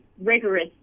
rigorous